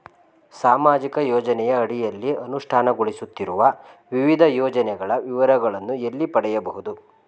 ಸಾಮಾಜಿಕ ಯೋಜನೆಯ ಅಡಿಯಲ್ಲಿ ಅನುಷ್ಠಾನಗೊಳಿಸುತ್ತಿರುವ ವಿವಿಧ ಯೋಜನೆಗಳ ವಿವರಗಳನ್ನು ಎಲ್ಲಿ ಪಡೆಯಬಹುದು?